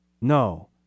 No